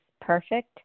perfect